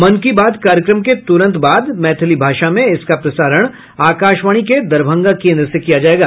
मन की बात कार्यक्रम के तुरंत बाद मैथिली भाषा में इसका प्रसारण आकाशवाणी के दरभंगा केन्द्र से किया जायेगा